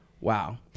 wow